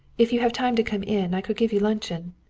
if you have time to come in i could give you luncheon.